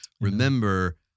Remember